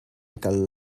kal